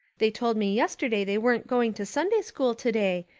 they told me yesterday they weren't going to sunday school today,